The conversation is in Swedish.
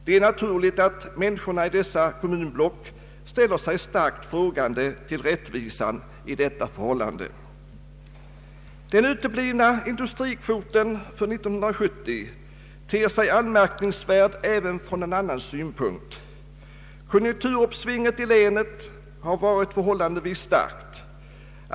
Det är naturligt att människorna i dessa kommunblock ställer sig starkt frågande till rättvisan i detta förhållande. Den uteblivna industrikvoten för 1970 ter sig anmärkningsvärd även från en annan synpunkt. Konjunkturuppsvinget i länet har varit förhållandevis starkt.